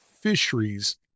fisheries